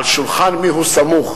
על שולחן מי הוא סמוך.